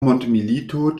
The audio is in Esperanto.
mondmilito